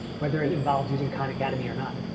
whether it involves using khan academy or not?